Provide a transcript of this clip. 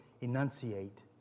enunciate